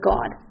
God